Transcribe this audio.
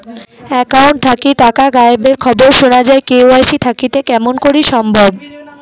Account থাকি টাকা গায়েব এর খবর সুনা যায় কে.ওয়াই.সি থাকিতে কেমন করি সম্ভব?